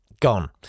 Gone